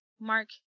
Mark